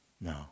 No